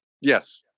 Yes